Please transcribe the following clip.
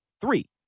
Three